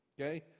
Okay